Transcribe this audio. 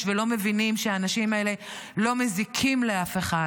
ולא מבינים שהאנשים האלה לא מזיקים לאף אחד.